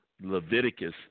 Leviticus